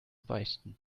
beichten